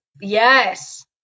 Yes